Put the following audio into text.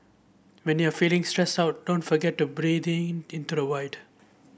when you are feeling stressed out don't forget to breathe in into the void